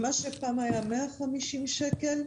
מה שהיה פעם 150 שקל,